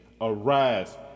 Arise